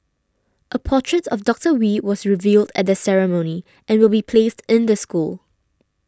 a portrait of Doctor Wee was revealed at the ceremony and will be placed in the school